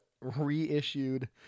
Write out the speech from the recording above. reissued